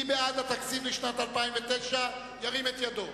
מי בעד התקציב לשנת 2009, ירים את ידו.